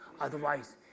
Otherwise